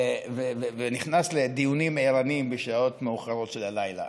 ונכנס לדיונים ערניים בשעות מאוחרות של הלילה.